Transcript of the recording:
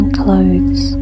clothes